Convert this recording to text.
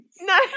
No